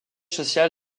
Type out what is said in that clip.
social